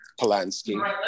Polanski